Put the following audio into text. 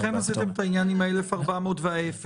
לכן עשיתם את העניין עם ה-1,400 ואפס.